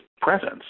presence